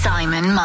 Simon